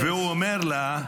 והוא אומר לה: